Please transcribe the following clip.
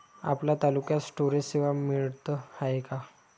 आपल्या तालुक्यात स्टोरेज सेवा मिळत हाये का?